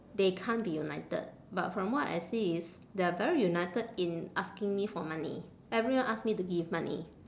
they can't be united but from what I see is they are very united in asking me for money everyone ask me to give money